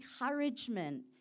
encouragement